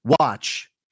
watch